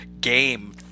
game